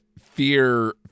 fear-